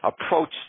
approach